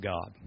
God